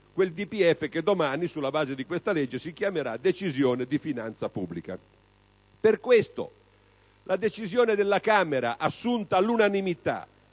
quel DPEF che domani, sulla base di questa legge, si chiamerà Decisione di finanza pubblica. Per questo la decisione della Camera, assunta all'unanimità,